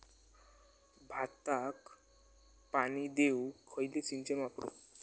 भाताक पाणी देऊक खयली सिंचन वापरू?